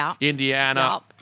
Indiana